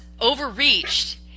overreached